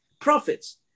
profits